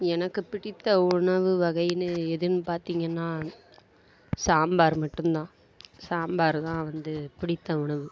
எனக்கு பிடித்த உணவு வகை எதுன்னு பார்த்திங்கன்னா சாம்பார் மட்டுந்தான் சாம்பார் தான் வந்து பிடித்த உணவு